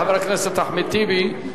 חבר הכנסת אחמד טיבי,